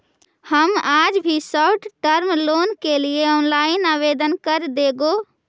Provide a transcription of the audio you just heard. हम आज ही शॉर्ट टर्म लोन के लिए ऑनलाइन आवेदन कर देंगे